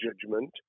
judgment